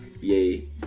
Yay